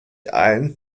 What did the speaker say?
allen